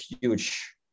huge